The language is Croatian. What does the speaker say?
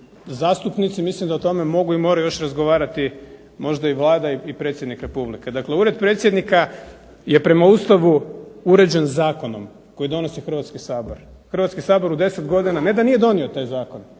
zastupnici, mislim da o tome mogu i moraju još razgovarati možda i Vlada i predsjednik Republike. Dakle, Ured predsjednika je prema Ustavu uređen zakonom koji donosi Hrvatski sabor. Hrvatski sabor u 10 godina ne da nije donio taj zakon,